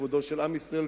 כבודו של עם ישראל,